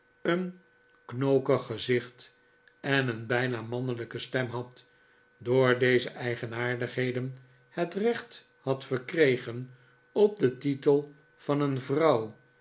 een knokig gezicht en een bijna mannelijke stem had door deze eigenaardigheden het recht had verkregen op den titel van een vrouw